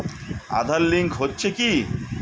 Aadhaar link হচ্ছে কি?